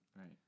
Right